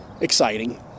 exciting